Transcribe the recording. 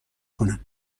کنم